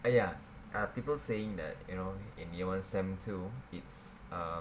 ah ya people saying that you know in year one sem two it's err